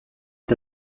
est